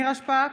נירה שפק,